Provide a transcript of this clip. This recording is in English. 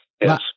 yes